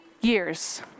years